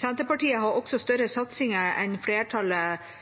Senterpartiet har også større satsinger enn flertallet